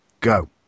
go